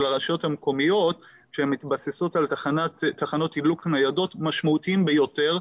הרשויות המקומיות כשהן מתבססות על תחנות תדלוק ניידות משמעותיים ביותר,